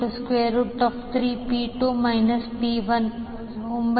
5VAR